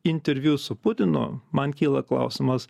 interviu su putinu man kyla klausimas